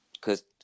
Cause